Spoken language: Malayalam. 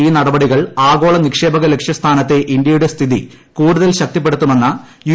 ഈ ്രന്ടപ്പടികൾ ആഗോള നിക്ഷേപക ലക്ഷ്യസ്ഥാനത്തെ ഇന്ത്യിടെ സ്ഥിതി കൂടുതൽ ശക്തിപ്പെടുത്തുമെന്ന് യു